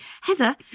Heather